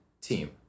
team